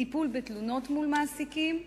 טיפול בתלונות מול מעסיקים,